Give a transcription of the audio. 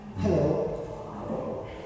Hello